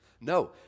No